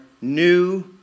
new